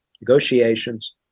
negotiations